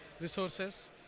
resources